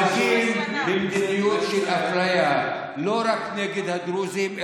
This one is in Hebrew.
נוהגות במדיניות של אפליה לא רק נגד הדרוזים,